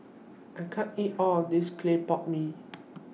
I can't eat All of This Clay Pot Mee